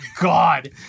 God